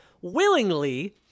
willingly